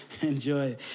Enjoy